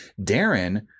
Darren